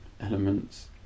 elements